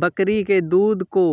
बकरी के दूध को